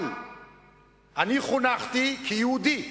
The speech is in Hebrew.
אבל אני חונכתי, כיהודי,